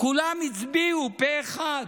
כולם הצביעו פה אחד.